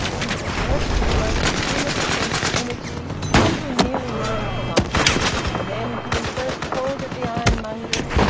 he had worked with a most agreeable sense of energy until nearly nine o'clock and then, having first called at the ironmonger's,